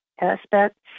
aspects